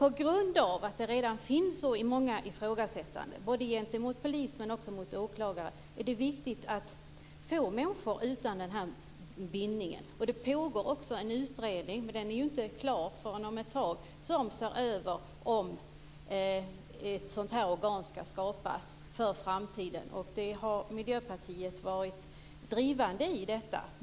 På grund av att det redan gjorts så många ifrågasättanden både gentemot polis och åklagare är det viktigt att få människor som inte har någon bindning. Det pågår också en utredning, men den är ju inte klar ännu, som ser över om ett sådant här organ ska skapas för framtiden. Miljöpartiet har varit drivande i detta.